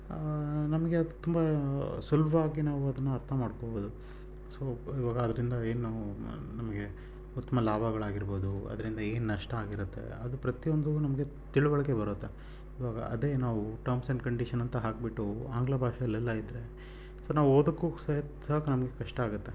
ನಮಗೆ ಅದು ತುಂಬ ಸುಲಭ್ವಾಗಿ ನಾವು ಅದನ್ನು ಅರ್ಥ ಮಾಡ್ಕೋಬೋದು ಸೊ ಇವಾಗ ಅದರಿಂದ ಏನು ನಮಗೆ ಉತ್ತಮ ಲಾಭಗಳಾಗಿರ್ಬೋದು ಅದರಿಂದ ಏನು ನಷ್ಟ ಆಗಿರುತ್ತೆ ಅದು ಪ್ರತಿ ಒಂದೂ ನಮಗೆ ತಿಳಿವಳ್ಕೆ ಬರುತ್ತೆ ಇವಾಗ ಅದೇ ನಾವು ಟರ್ಮ್ಸ್ ಆ್ಯಂಡ್ ಕಂಡೀಷನ್ ಅಂತ ಹಾಕಿಬಿಟ್ಟು ಆಂಗ್ಲ ಭಾಷೆಯಲ್ಲೆಲ್ಲ ಇದ್ದರೆ ಸೊ ನಾವು ಓದೋಕ್ಕೂ ಸಹ ನಮಗೆ ಕಷ್ಟ ಆಗುತ್ತೆ